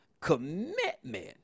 commitment